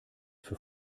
für